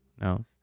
No